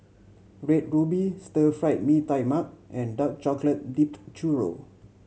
Red Ruby Stir Fried Mee Tai Mak and dark chocolate dipped churro